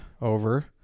over